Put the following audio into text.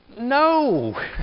no